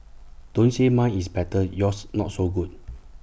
don't say mine is better yours not so good